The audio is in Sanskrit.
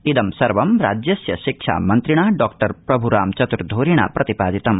इप् सर्व राज्यस्य शिक्षामन्त्रिणा डॉक्टर प्रभ्रामचतुर्ध्रिणा प्रतिपाधितम